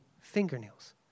fingernails